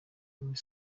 muri